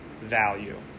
value